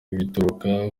bituruka